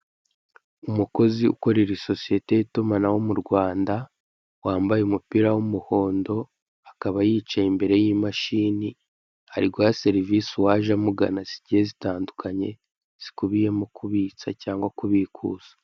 Umukozi ukorera isosiyete y'itumanaho mu Rwanda; wambaye umupira w'umuhondo, akaba yicaye imbere y'imashini, ari guha serivisi uwaje amugana zitandukanye zitandukanye, zikubiyemo kubitsa cyangwa kubikuza.